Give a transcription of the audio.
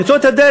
למצוא את הדרך,